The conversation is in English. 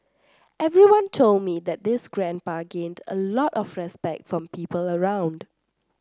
everyone told me that this grandpa gained a lot of respect from people around